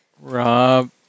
Rob